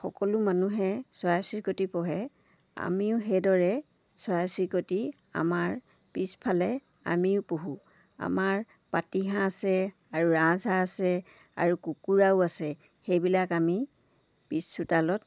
সকলো মানুহে চৰাই চিৰিকটি পোহে আমিও সেইদৰে চৰাই চিৰিকটি আমাৰ পিছফালে আমিও পোহোঁ আমাৰ পতিহাঁহ আছে আৰু ৰাজহাঁহ আছে আৰু কুকুৰাও আছে সেইবিলাক আমি পিছ চোতালত